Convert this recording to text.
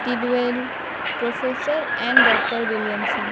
T Dutwell professor and doctor Williamson